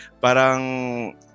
Parang